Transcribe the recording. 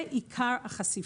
זה עיקר החשיפה.